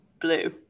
blue